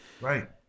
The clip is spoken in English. right